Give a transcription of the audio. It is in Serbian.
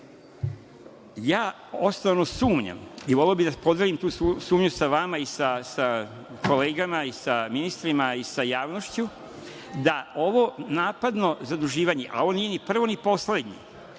osnovano sumnjam i voleo bih da podelim tu sumnju sa vama, sa kolegama, sa ministrima, sa javnošću, da ovo napadno zaduživanje, a nije ni prvo ni poslednje,